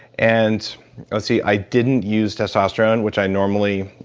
and see, i didn't use testosterone, which i normally.